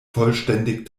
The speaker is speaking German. vollständig